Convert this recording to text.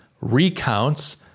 recounts